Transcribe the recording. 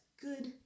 good